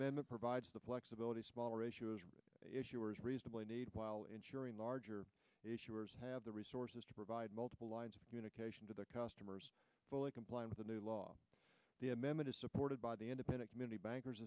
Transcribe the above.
men that provides the flexibility small ratios issuers reasonably need while ensuring larger issuers have the resources to provide multiple lines of communication to their customers fully complying with the new law the amendment is supported by the independent community bankers